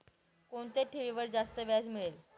कोणत्या ठेवीवर जास्त व्याज मिळेल?